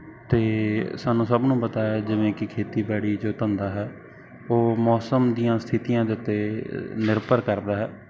ਅਤੇ ਸਾਨੂੰ ਸਭ ਨੂੰ ਪਤਾ ਆ ਜਿਵੇਂ ਕਿ ਖੇਤੀਬਾੜੀ ਜੋ ਧੰਦਾ ਹੈ ਉਹ ਮੌਸਮ ਦੀਆਂ ਸਥਿਤੀਆਂ ਦੇ ਉੱਤੇ ਨਿਰਭਰ ਕਰਦਾ ਹੈ